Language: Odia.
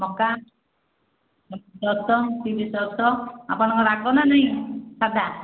ମକା ସସ୍ ଚିଲି ସସ୍ ଆପଣଙ୍କର ରାଗ ନା ନାହିଁ ସାଦା